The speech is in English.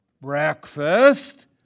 breakfast